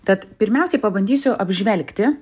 tad pirmiausiai pabandysiu apžvelgti